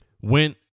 went